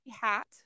hat